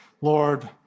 Lord